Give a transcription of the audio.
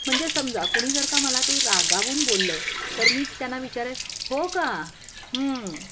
म्हणजे समजा कुणी जर का मला काही रागावून बोललं तर मी त्यांना विचारेल हो का